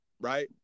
Right